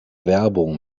werbung